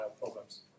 problems